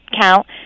count